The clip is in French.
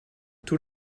tout